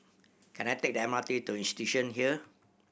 can I take the M R T to Institution Hill